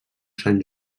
sant